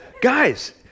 Guys